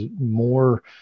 more